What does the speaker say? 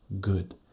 good